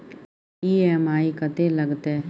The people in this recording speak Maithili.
ई.एम.आई कत्ते लगतै?